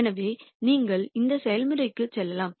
எனவே நீங்கள் இந்த செயல்முறைக்கு செல்லலாம்